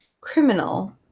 criminal